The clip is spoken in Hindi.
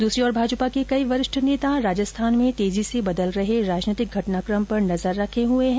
दूसरी ओर भाजपा के कई वरिष्ठ नेता राजस्थान में तेजी से बदल रहे राजनीतिक घटनाक्रम पर नजर रखे हुए है